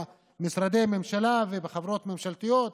במשרדי הממשלה ובחברות ממשלתיות.